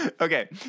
Okay